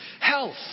Health